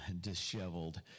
disheveled